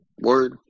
Word